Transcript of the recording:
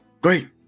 Great